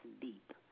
deep